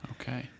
Okay